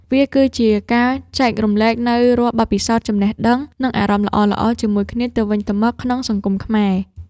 វាគឺជាការចែករំលែកនូវរាល់បទពិសោធន៍ចំណេះដឹង និង អារម្មណ៍ល្អៗជាមួយគ្នាទៅវិញទៅមកក្នុងសង្គមខ្មែរ។